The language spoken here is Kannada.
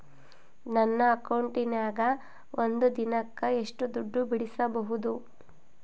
ನನ್ನ ಅಕೌಂಟಿನ್ಯಾಗ ಒಂದು ದಿನಕ್ಕ ಎಷ್ಟು ದುಡ್ಡು ಬಿಡಿಸಬಹುದು?